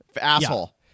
Asshole